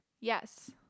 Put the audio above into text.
Yes